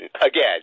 again